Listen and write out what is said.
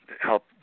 help